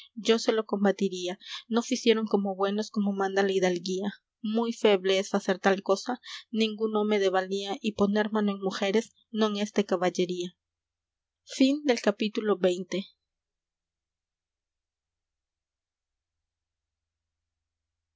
yo se lo combatiría no ficieron como buenos como manda la hidalguía muy feble es facer tal cosa ningún home de valía y poner mano en mujeres non es de caballería